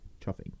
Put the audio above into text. Chuffing